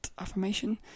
affirmation